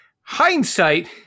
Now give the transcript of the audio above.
hindsight